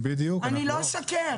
אני לא אשקר.